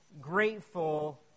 grateful